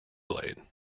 blade